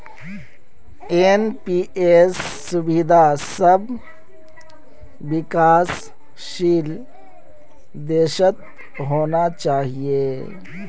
NPS सुविधा सब विकासशील देशत होना चाहिए